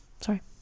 Sorry